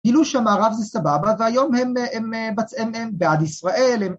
‫גילו שמערב זה סבבה, ‫והיום הם הם בעד ישראל.